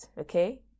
Okay